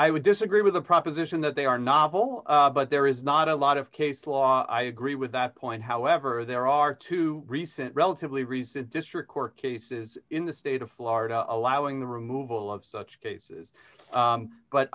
i would disagree with the proposition that they are novel but there is not a lot of case law i agree with that point however there are two recent relatively recent district court cases in the state of florida allowing the removal of such cases